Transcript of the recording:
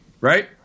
right